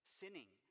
sinning